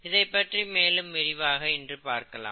இதைப் பற்றி மேலும் விரிவாக இன்று பார்க்கலாம்